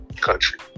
country